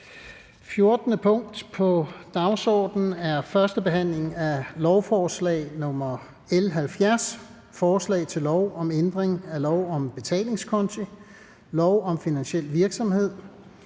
23.10.2024). 14) 1. behandling af lovforslag nr. L 70: Forslag til lov om ændring af lov om betalingskonti, lov om finansiel virksomhed,